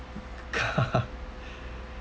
car